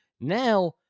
Now